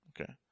Okay